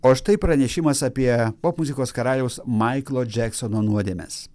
o štai pranešimas apie popmuzikos karaliaus maiklo džeksono nuodėmes